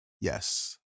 Yes